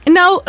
now